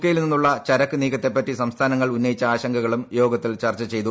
K യിൽ നിന്നുള്ള ചരക്ക് നീക്കത്തെപ്പറ്റി സംസ്ഥാനങ്ങൾ ഉന്നയിച്ച ആശങ്കകളും യോഗത്തിൽ ചർച്ച ചെയ്തു